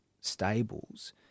stables